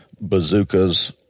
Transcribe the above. bazookas